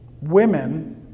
women